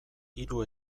hiru